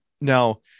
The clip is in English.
Now